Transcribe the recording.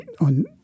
on